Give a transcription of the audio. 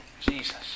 Jesus